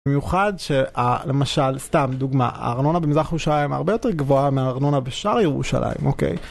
במיוחד, למשל, סתם דוגמה, הארנונה במזרח ירושלים הרבה יותר גבוהה מארנונה בשאר ירושלים, אוקיי?